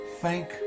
Thank